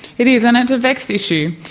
it is, and it's a vexed issue.